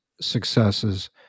successes